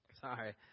Sorry